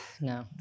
no